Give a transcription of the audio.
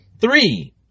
Three